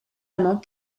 amand